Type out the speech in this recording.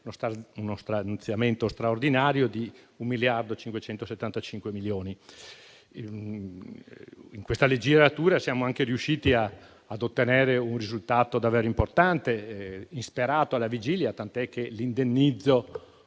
uno stanziamento iniziale di 1.575 milioni. In questa legislatura siamo riusciti a ottenere un risultato davvero importante e insperato alla vigilia, tanto che l'indennizzo